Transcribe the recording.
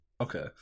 okay